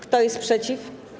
Kto jest przeciw?